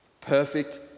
Perfect